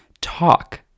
talk